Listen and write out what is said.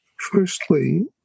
firstly